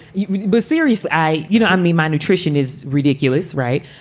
you were serious. i you know, i mean, my nutrition is ridiculous, right?